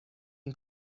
این